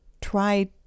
try